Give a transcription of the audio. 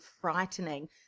frightening